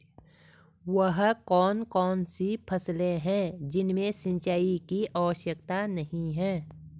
वह कौन कौन सी फसलें हैं जिनमें सिंचाई की आवश्यकता नहीं है?